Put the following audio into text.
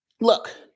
Look